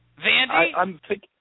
Vandy